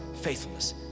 faithfulness